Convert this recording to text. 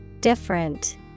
Different